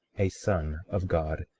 a son of god,